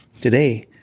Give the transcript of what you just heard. Today